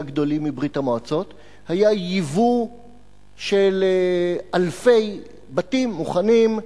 גדולים מברית-המועצות היה ייבוא של אלפי בתים מוכנים,